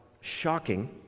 shocking